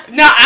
no